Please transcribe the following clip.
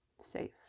safe